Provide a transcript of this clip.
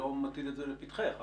בית להט"בי